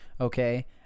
okay